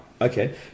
Okay